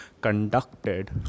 conducted